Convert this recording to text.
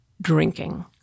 drinking